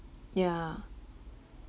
yeah